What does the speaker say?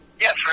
Yes